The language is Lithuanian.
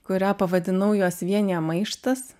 kurią pavadinau juos vienija maištas